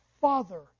Father